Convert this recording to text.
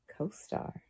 CoStar